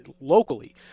locally